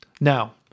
Now